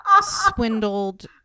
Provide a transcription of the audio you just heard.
swindled